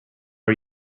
are